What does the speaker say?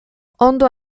ondo